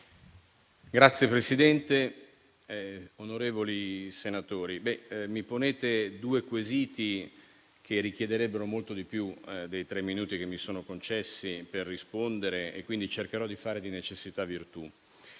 Signor Presidente, onorevoli senatori, mi ponete due quesiti che richiederebbero molto di più dei tre minuti che mi sono concessi per rispondere e quindi cercherò di fare di necessità virtù.